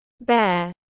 Bear